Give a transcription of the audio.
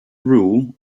rule